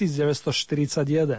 1941